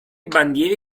bandiere